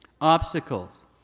Obstacles